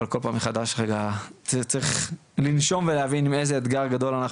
אבל כל פעם מחדש צריך לנשום ולהבין עם איזה אתגר גדול אנחנו